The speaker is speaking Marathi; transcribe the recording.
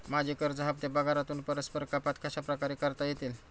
माझे कर्ज हफ्ते पगारातून परस्पर कपात कशाप्रकारे करता येतील?